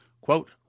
quote